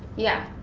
yeah.